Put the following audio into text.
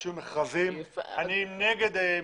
אני בעד שיהיו מכרזים,